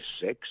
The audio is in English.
six